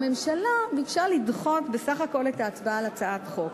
הממשלה ביקשה לדחות בסך הכול את ההצבעה על הצעת החוק.